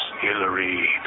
Hillary